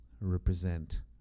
represent